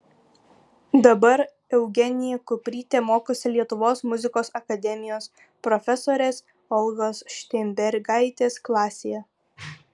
dabar eugenija kuprytė mokosi lietuvos muzikos akademijos profesorės olgos šteinbergaitės klasėje